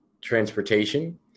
transportation